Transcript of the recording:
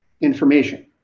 information